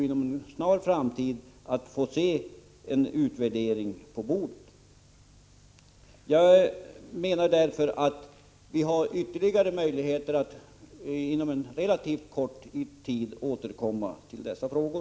Inom en snar framtid får vi också en utvärdering. Därför menar jag att vi inom relativt kort tid kan återkomma till dessa frågor.